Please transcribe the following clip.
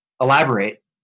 elaborate